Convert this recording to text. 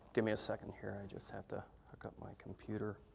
give me a second here, i just have to hook up my computer.